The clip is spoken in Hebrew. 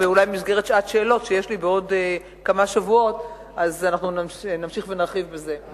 ואולי במסגרת שעת שאלות שיש לי בעוד כמה שבועות נמשיך ונרחיב בזה.